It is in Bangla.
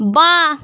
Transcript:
বাঁ